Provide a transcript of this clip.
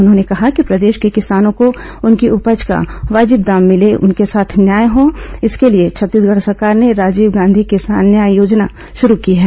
उन्होंने कहा कि प्रदेश के किसानों को उनकी उपज का वाजिब दाम भिले उनके साथ न्याय हो इसके लिए छत्तीसगढ़ सरकार ने राजीव गांधी किसान न्याय योजना शुरू की है